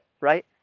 right